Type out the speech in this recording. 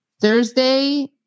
Thursday